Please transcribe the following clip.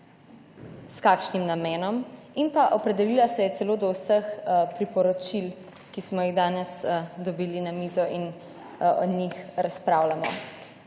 s kakšnim namenom in pa opredelila se je celo do vseh priporočil, ki smo jih danes dobili na mizo in o njih razpravljamo.